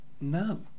no